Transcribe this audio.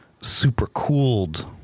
super-cooled